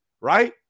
right